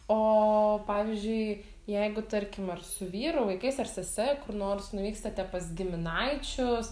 o pavyzdžiui jeigu tarkim ar su vyru vaikais ar sese kur nors nuvykstate pas giminaičius